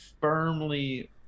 firmly